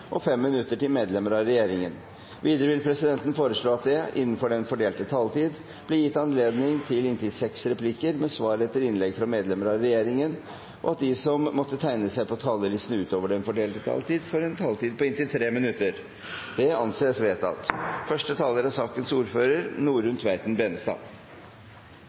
og 5 minutter til medlemmer av regjeringen. Videre vil presidenten foreslå at det blir gitt anledning til inntil seks replikker med svar etter innlegg fra medlemmer av regjeringen innenfor den fordelte taletid, og at de som måtte tegne seg på talerlisten utover den fordelte taletid, får en taletid på inntil 3 minutter. – Det anses vedtatt.